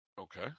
Okay